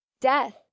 Death